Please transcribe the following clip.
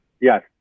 Yes